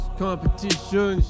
competition